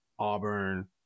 Auburn